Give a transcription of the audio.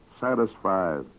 satisfied